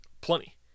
plenty